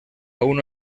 uno